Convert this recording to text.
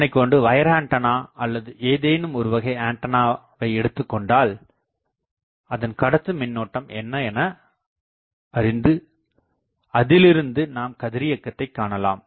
இதனை கொண்டு வயர்ஆண்டான அல்லது ஏதேனும் ஒருவகை ஆண்டனாவை எடுத்துக்கொண்டால் அதன் கடத்து மின்னோட்டம் என்ன எனஅறிந்து அதிலிருந்து நாம் கதிரியக்கத்தை காணலாம்